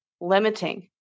limiting